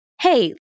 hey